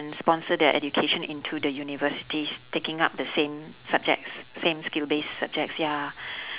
and sponsor their education into the universities taking up the same subjects same skill base subjects ya